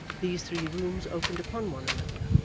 these three rooms opened upon one another.